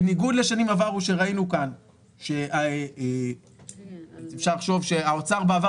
בניגוד לשנים עברו שראינו כאן שאפשר לחשוב שהאוצר בעבר